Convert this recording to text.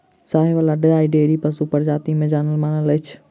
साहिबाल गाय डेयरी पशुक प्रजाति मे जानल मानल अछि